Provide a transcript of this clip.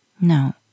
No